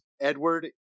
edward